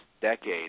decade